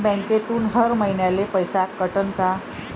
बँकेतून हर महिन्याले पैसा कटन का?